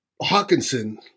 Hawkinson